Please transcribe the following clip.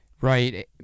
Right